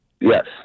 Yes